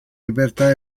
libertà